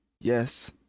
Yes